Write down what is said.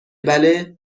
بله